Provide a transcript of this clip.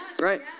Right